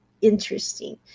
interesting